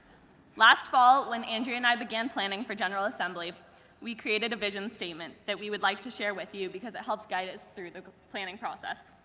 last fall when andrea and i began planning for general assembly we created a vision statement that we would like to share with you because it helps to guide us through the planning process.